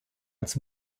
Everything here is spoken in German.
als